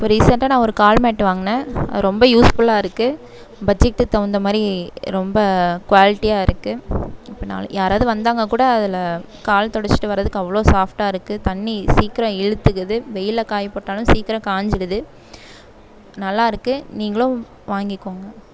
இப்போ ரீசன்ட்டாக நான் ஒரு கால் மேட் வாங்கினேன் ரொம்ப யூஸ்ஃபுல்லாக இருக்குது பட்ஜட்டுக்கு தகுந்த மாதிரி ரொம்ப குவாலிடியாயிருக்கு இப்போ நான் யாராவது வந்தாங்கக்கூட அதில் கால் துடச்சிட்டு வரதுக்கு அவ்வளோ சாஃப்ட்டாயிருக்கு தண்ணி சீக்கிரம் இழுத்துக்குது வெயிலில் காய போட்டாலும் சீக்கிரம் காஞ்சுடுது நல்லாயிருக்கு நீங்களும் வாங்கிக்கோங்க